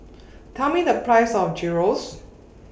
Tell Me The Price of Gyros